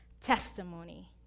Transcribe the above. testimony